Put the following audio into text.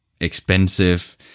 expensive